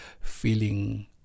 feeling